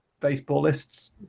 baseballists